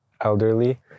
elderly